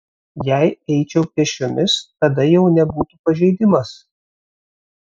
jei eičiau pėsčiomis tada jau nebūtų pažeidimas